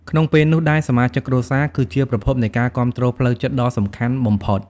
ក្នុងពេលនោះដែរសមាជិកគ្រួសារ គឺជាប្រភពនៃការគាំទ្រផ្លូវចិត្តដ៏សំខាន់បំផុត។